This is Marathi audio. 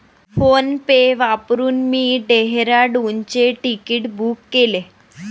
फोनपे वापरून मी डेहराडूनचे तिकीट बुक केले